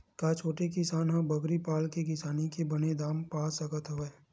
का छोटे किसान ह बकरी पाल के किसानी के बने दाम पा सकत हवय?